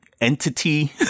entity